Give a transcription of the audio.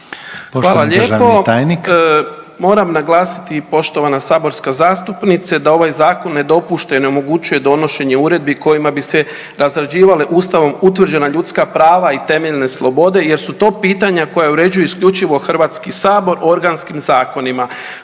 Hvala lijepo. Moram naglasiti poštovana saborska zastupnice da ovaj zakon ne dopušta i ne omogućuje donošenje uredbi kojima bi se razrađivale Ustavom utvrđena ljudska prava i temeljne slobode jer su to pitanja koja uređuju isključivo HS organskim zakonima,